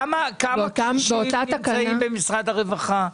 כמה קשישים נמצאים באגף של משרד הרווחה?